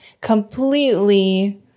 completely